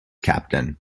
captain